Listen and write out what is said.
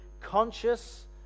conscious